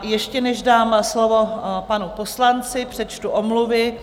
Ještě než dám slovo panu poslanci, přečtu omluvy.